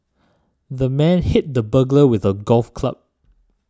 the man hit the burglar with a golf club